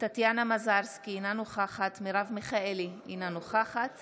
טטיאנה מזרסקי, אינה נוכחת מרב מיכאלי, אינה נוכחת